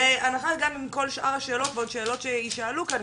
בהנחה גם עם כל שאר השאלות ועוד שאלות שיישאלו כאן,